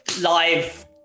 live